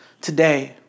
today